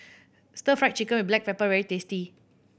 Stir Fry Chicken with black pepper is very tasty